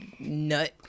nut